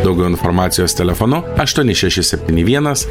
daugiau informacijos telefonu aštuoni šeši septyni vienas